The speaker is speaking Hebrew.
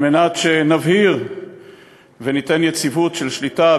כדי שנבהיר וניתן יציבות של שליטה,